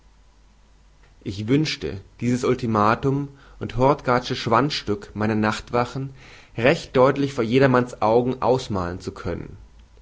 ich wünschte dieses ultimatum und hogarthsche schwanzstück meiner nachtwachen recht deutlich vor jedermanns augen ausmahlen zu können